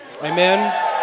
Amen